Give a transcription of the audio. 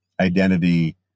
identity